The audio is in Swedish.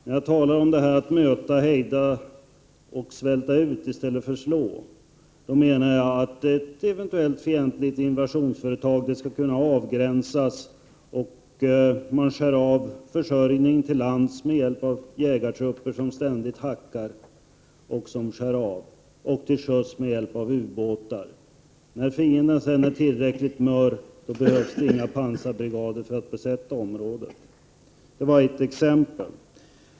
När jag talar om att möta, hejda och svälta ut i stället för slå, menar jag att ett eventuellt fientligt invasionsföretag skall kunna avgränsas. Man skär av försörjningen, till lands med hjälp av jägarförband som ständigt hackar på fienden och till sjöss med hjälp av ubåtar. När fienden sedan är tillräckligt mör, behövs det inga pansarbrigader för att besätta området. Det var ett exempel.